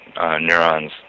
neurons